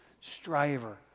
striver